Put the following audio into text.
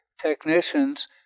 technicians